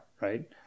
right